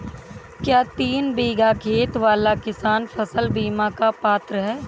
क्या तीन बीघा खेत वाला किसान फसल बीमा का पात्र हैं?